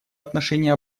отношении